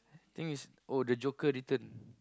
thing is oh the joker return